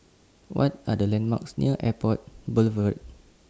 What Are The landmarks near Airport Boulevard